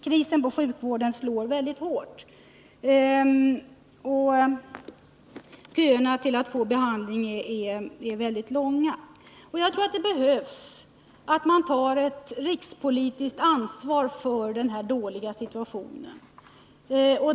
Krisen inom sjukvården slår mycket hårt, och köerna för behandling är synnerligen långa. Jag tror att det behövs att man tar ett rikspolitiskt ansvar för den här dåliga situationen.